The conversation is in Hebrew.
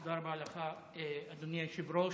תודה רבה לך, אדוני היושב-ראש.